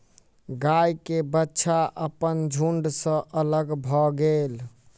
गाय के बाछा अपन झुण्ड सॅ अलग भअ गेल